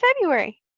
February